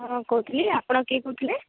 ହଁ କହୁଥିଲି ଆପଣ କିଏ କହୁଥିଲେ